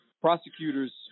prosecutors